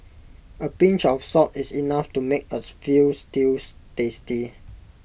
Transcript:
A pinch of salt is enough to make as Veal Stews tasty